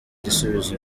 gusubiza